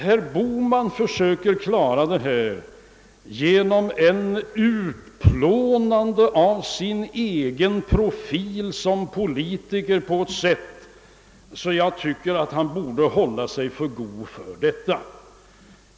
Herr Bohman försöker klara problemet genom ett sådant utplånande av sin egen profil som politiker, att jag tycker han borde hålla sig för god för det.